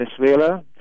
Venezuela